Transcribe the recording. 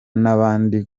n’abandi